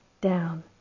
down